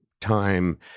time